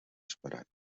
esperat